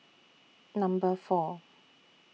Number four